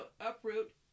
uproot